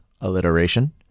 alliteration